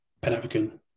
Pan-African